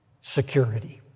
security